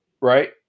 right